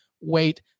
wait